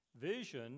Vision